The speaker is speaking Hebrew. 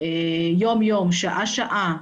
יום יום, שעה שעה,